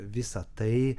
visa tai